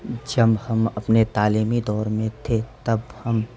جب ہم اپنے تعلیمی دور میں تھے تب ہم